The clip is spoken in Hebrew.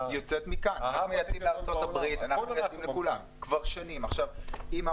אנחנו התחלנו את המשבר סין זה קהל